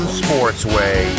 sportsway